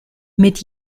mit